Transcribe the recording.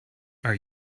are